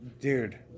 dude